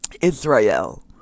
Israel